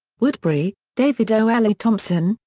woodbury, david o. elihu thomson,